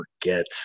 forget